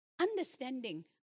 Understanding